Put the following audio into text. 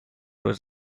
was